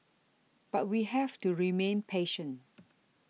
but we have to remain patient